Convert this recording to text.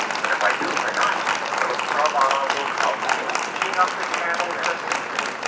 but if i doom her not, philip's armada will come inching up the channel in a season,